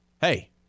Hey